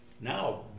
now